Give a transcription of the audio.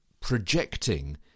projecting